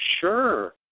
Sure